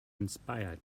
inspired